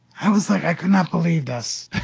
i was like, i could not believe this.